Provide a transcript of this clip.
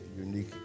unique